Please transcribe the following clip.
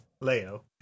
Leo